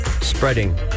Spreading